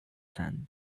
sand